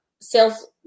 sales